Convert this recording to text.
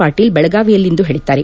ಪಾಟೀಲ್ ದೆಳಗಾವಿಯಲ್ಲಿಂದು ಹೇಳಿದ್ದಾರೆ